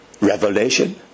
revelation